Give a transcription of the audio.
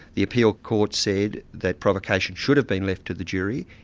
the appeal court said that provocation should have been left to the jury.